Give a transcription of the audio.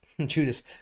Judas